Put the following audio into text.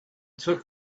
took